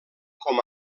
com